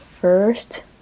first